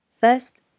First